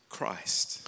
Christ